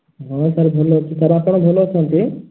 ହଁ ସାର୍ ଭଲ ଅଛି ସାର୍ ଆପଣ ଭଲ ଅଛନ୍ତି